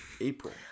April